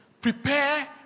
prepare